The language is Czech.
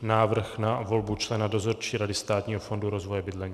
Návrh na volbu člena Dozorčí rady Státního fondu rozvoje bydlení